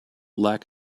lack